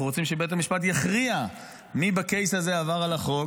אנחנו רוצים שבית המשפט יכריע מי בקייס הזה עבר על החוק,